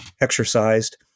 exercised